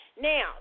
Now